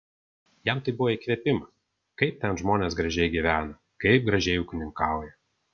jam tai buvo įkvėpimas kaip ten žmonės gražiai gyvena kaip gražiai ūkininkauja